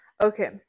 Okay